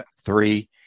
three